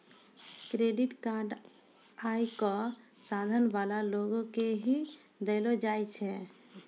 credit card आय क साधन वाला लोगो के ही दयलो जाय छै